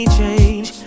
change